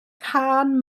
cân